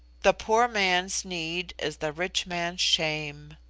the poor man's need is the rich man's shame